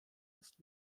ist